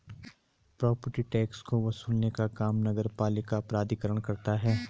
property tax को वसूलने का काम नगरपालिका प्राधिकरण करता है